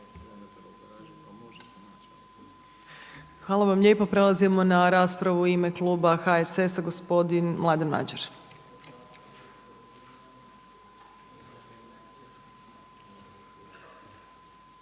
Hvala vam lijepo. Prelazimo na raspravu u ime kluba HSS-a, gospodin Mladen Madjer. **Madjer,